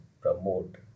promote